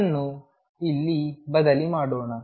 ಇದನ್ನು ಇಲ್ಲಿ ಬದಲಿ ಮಾಡೋಣ